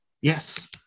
Yes